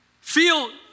Feel